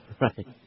Right